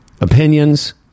opinions